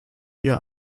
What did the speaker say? ihr